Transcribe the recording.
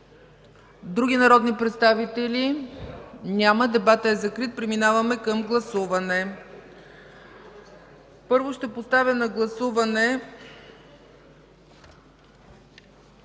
Други народни представители? Няма. Дебатът е закрит, преминаваме към гласуване. Първо ще поставя на гласуване